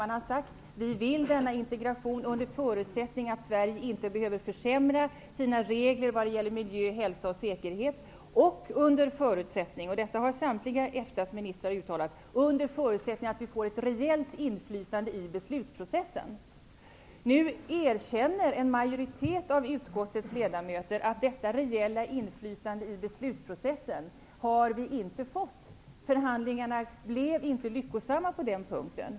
Man har sagt: Vi vill denna integration, under förutsättning att Sverige inte behöver försämra sina regler vad gäller miljö, hälsa och säkerhet och -- detta har samtliga EFTA:s ministrar uttalat -- under förutsättning att vi får reellt inflytande i beslutsprocessen. Nu erkänner en majoritet av utskottets ledamöter att detta reella inflytande har vi inte fått. Förhandlingarna blev inte lyckosamma på den punkten.